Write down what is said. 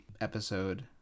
episode